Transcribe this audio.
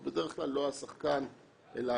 אמן.